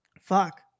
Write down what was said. fuck